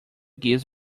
gives